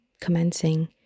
commencing